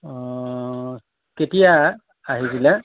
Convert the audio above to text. অঁ অঁ কেতিয়া আহিছিলে